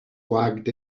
wagged